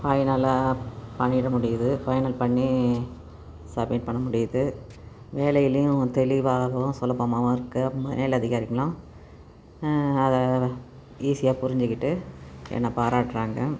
ஃபைனலாக பண்ணிவிட முடியுது ஃபைனல் பண்ணி சப்மிட் பண்ண முடியுது வேலைலேயும் தெளிவாகவும் சுலபமாகவுருக்கு மேல் அதிகாரிங்கலாம் அதை ஈசியாக புரிஞ்சிக்கிட்டு என்னை பாராட்டுகிறாங்க